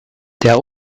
der